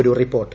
ഒരു റിപ്പോർട്ട്